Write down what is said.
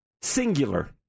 Singular